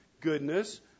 goodness